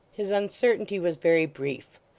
his uncertainty was very brief,